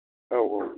औ औ